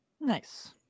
nice